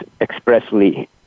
expressly